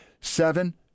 seven